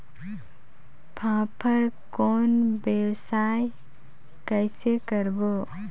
फाफण कौन व्यवसाय कइसे करबो?